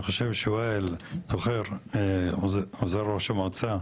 אני חושב שהוא היה עוזר ראש המועצה,